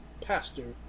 pastor